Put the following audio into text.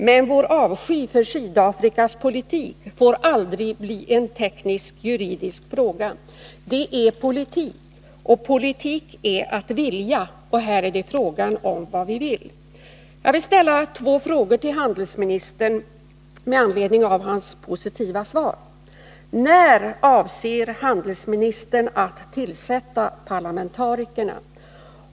Men vår avsky för Sydafrikas politik får aldrig bli en teknisk-juridisk fråga. Det är politik, och politik är att vilja. Här är det frågan om vad vi vill. Jag vill ställa två frågor till handelsministern med anledning av hans positiva svar. När avser handelsministern att tillsätta parlamentarikerna?